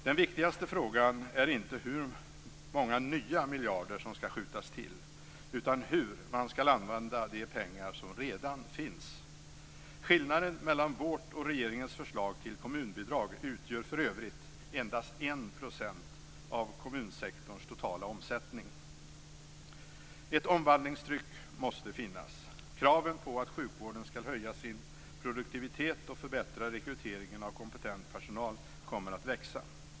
Den viktigaste frågan är inte hur många nya miljarder som skall skjutas till utan hur man skall använda de pengar som redan finns. Skillnaden mellan vårt och regeringens förslag till kommunbidrag utgör för övrigt endast 1 % Ett omvandlingstryck måste finnas. Kraven på att sjukvården skall höja sin produktivitet och förbättra rekryteringen av kompetent personal kommer att växa.